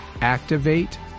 activate